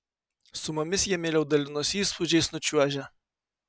su mumis jie mieliau dalinosi įspūdžiais nučiuožę